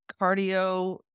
cardio